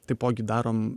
taipogi darom